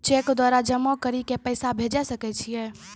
Cheque द्वारा जमा करि के पैसा भेजै सकय छियै?